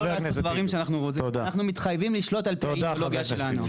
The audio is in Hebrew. --- אנחנו מתחייבים לשלוט על-פי האידיאולוגיה שלנו.